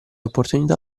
opportunità